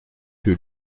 que